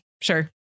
sure